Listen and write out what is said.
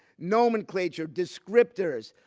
nomenclature, descriptors